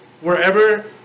Wherever